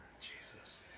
Jesus